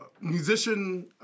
Musician